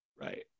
Right